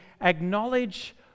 acknowledge